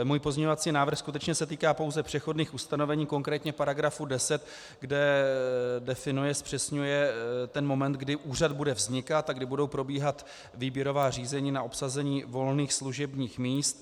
Můj pozměňovací návrh se skutečně týká pouze přechodných ustanovení, konkrétně § 10, kde definuje a zpřesňuje moment, kdy úřad bude vznikat a kdy budou probíhat výběrová řízení na obsazení volných služebních míst.